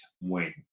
wing